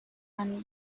and